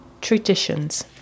traditions